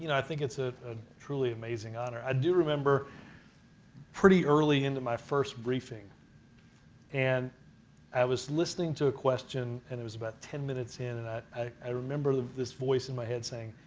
you know i think it's ah ah truly an amazing honor. i do remember pretty early into my first briefing and i was listening to a question and it was about ten minutes in and i i remember this voice in my head saying,